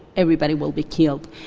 everybody will be killed.